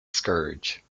scourge